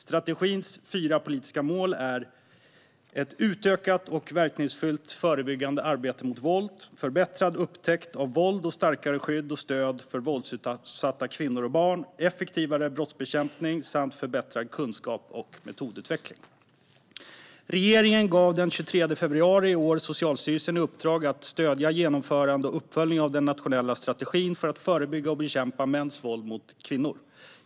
Strategins fyra politiska mål är ett utökat och verkningsfullt förebyggande arbete mot våld, förbättrad upptäckt av våld och starkare skydd och stöd för våldsutsatta kvinnor och barn, effektivare brottsbekämpning samt förbättrad kunskap och metodutveckling. Regeringen gav den 23 februari i år Socialstyrelsen i uppdrag att stödja genomförande och uppföljning av den nationella strategin för att förebygga och bekämpa mäns våld mot kvinnor.